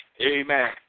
Amen